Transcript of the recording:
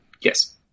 Yes